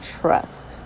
trust